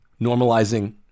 Normalizing